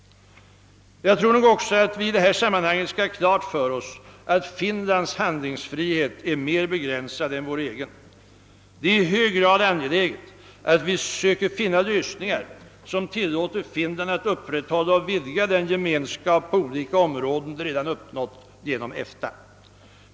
Vi skall nog också i detta sammanhang ha klart för oss att Finlands handlingsfrihet är mer begränsad än vår egen. Det är i hög grad angeläget att vi söker finna lösningar, som tillåter Finland att upprätthålla och vidga den gemenskap på olika områden det redan uppnått genom EFTA.